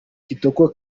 kitoko